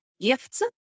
gifts